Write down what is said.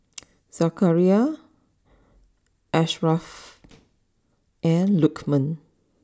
Zakaria Asharaff and Lukman